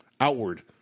outward